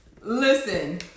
Listen